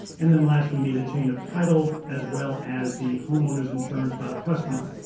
and then last, we need a chain of title as well as the homeowner's insurance by the customer.